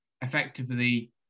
effectively